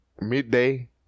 Midday